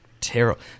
terrible